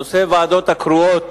נושא הוועדות הקרואות